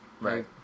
right